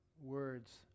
words